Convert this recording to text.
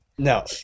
No